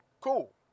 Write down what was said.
Cool